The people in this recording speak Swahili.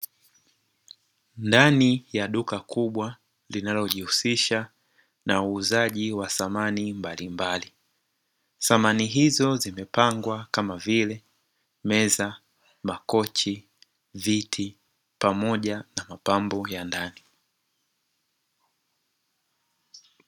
Ndani ya duka kubwa linalojihusisha na uuzaji wa samani mbalimbali, samani hizo zimepangwa kama vile: meza, makochi, viti pamoja na mapambo ya ndani.